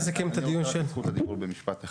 לצורך הגילוי הנאות אני גם תושבת ששייכת